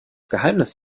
geheimnis